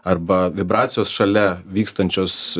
arba vibracijos šalia vykstančios